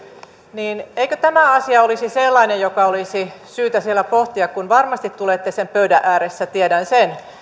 niin eikö tämä asia olisi sellainen joka olisi syytä siellä pohtia kun varmasti tulette sen pöydän ääressä tiedän sen